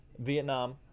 Vietnam